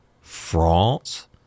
France